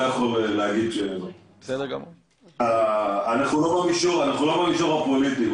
אנחנו לא במישור הפוליטי.